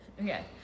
Okay